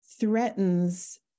threatens